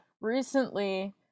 recently